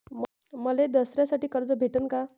मले दसऱ्यासाठी कर्ज भेटन का?